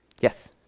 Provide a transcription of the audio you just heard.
Yes